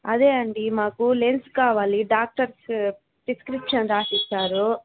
అదే అండీ మాకు లెన్స్ కావాలి డాక్టర్స్ ప్రిస్క్రిప్షన్ రాసిచ్చారు